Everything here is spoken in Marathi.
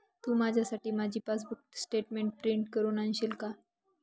तू माझ्यासाठी माझी पासबुक स्टेटमेंट प्रिंट करून आणशील का?